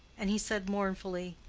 and he said mournfully,